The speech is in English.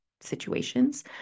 situations